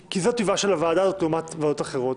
כי זה טבעה של הוועדה הזאת לעומת ועדות אחרות.